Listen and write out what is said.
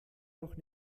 noch